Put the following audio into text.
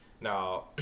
Now